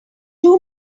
too